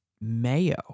mayo